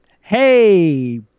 Hey